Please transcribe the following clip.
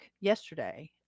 yesterday